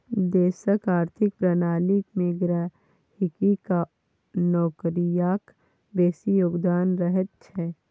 देशक आर्थिक प्रणाली मे गहिंकी आ नौकरियाक बेसी योगदान रहैत छै